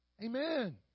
Amen